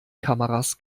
kameras